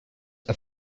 are